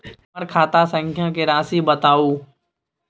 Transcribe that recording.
हमर खाता संख्या के राशि बताउ